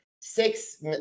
six